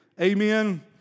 Amen